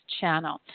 channel